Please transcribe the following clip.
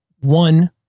one